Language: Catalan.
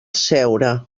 seure